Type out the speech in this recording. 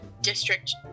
district